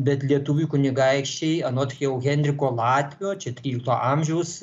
bet lietuvių kunigaikščiai anot jau henriko latvio čia trylikto amžiaus